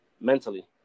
mentally